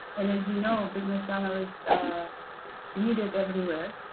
and as you know, business analysts are needed everywhere.